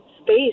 space